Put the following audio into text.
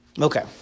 Okay